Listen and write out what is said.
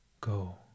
go